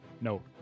No